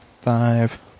Five